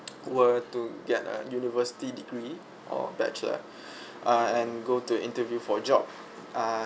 were to get a university degree or bachelor err and go to interview for a job err